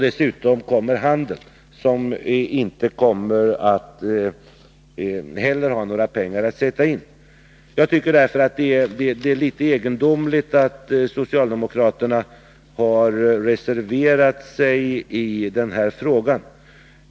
Dessutom tillkommer handeln, som inte heller har några pengar att sätta in. Jag tycker därför att det är litet egendomligt att socialdemokraterna har reserverat sig i den här frågan.